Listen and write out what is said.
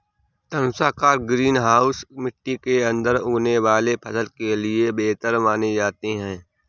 धनुषाकार green house मिट्टी के अंदर उगने वाले फसल के लिए बेहतर माने जाते हैं